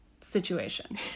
situation